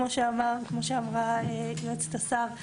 כמו שאמרה יועצת השר,